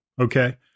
okay